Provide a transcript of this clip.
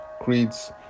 creeds